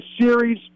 series